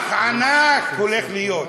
אח ענק הולך להיות.